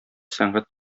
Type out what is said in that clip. сәнгать